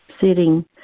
sitting